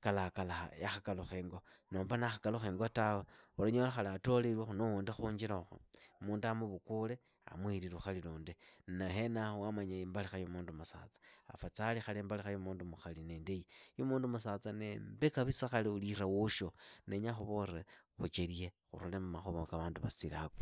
kalaha kalaha yakhakalukha ingo, nomba nakhakalukha ingo tawe, ulanyola khali atolelwekhu na wundi khunjirokho, mundu amuvukule amuhiri lukhali lundi. Na henaho wamanya imbalikha ya mundu musatsa, afathali khali imbalikha ya mundu mukhali niindai. ya mundu musatsa ni imbi kapisa khali uliira woosho, na ndenyaa khuvole khuchelihe. khurule mmakhuva ka vandu vasiloako.